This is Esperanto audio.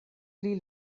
pli